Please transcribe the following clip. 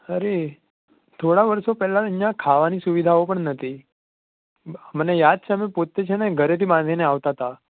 અરે થોડા વર્ષો પહેલાં તો અહીં ખાવાની સુવિધાઓ પણ નહોતી મને યાદ છે અમે પોતે છેને ઘરેથી બાંધીને આવતા હતા